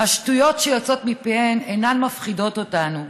השטויות שיוצאות מפיהן אינן מפחידות אותנו,